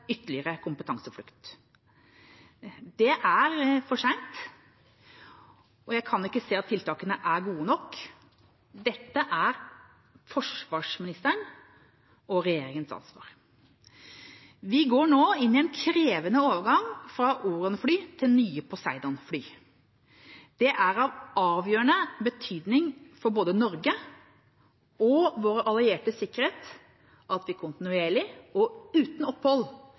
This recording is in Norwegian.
ytterligere kompetanseflukt. Det er for sent, og jeg kan ikke se at tiltakene er gode nok. Dette er forsvarsministerens og regjeringas ansvar. Vi går nå inn i en krevende overgang fra Orion-fly til nye Poseidon-fly. Det er av avgjørende betydning for både Norge og våre alliertes sikkerhet at vi kontinuerlig og uten opphold